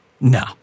No